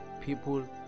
people